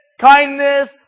kindness